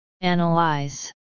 Analyze